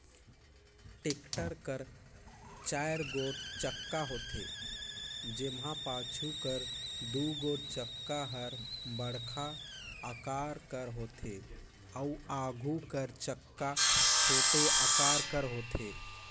tractor कर चाएर गोट चक्का होथे, जेम्हा पाछू कर दुगोट चक्का हर बड़खा अकार कर होथे अउ आघु कर चक्का छोटे अकार कर होथे